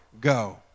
go